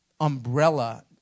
umbrella